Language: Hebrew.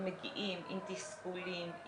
הם מגיעים עם תסכולים,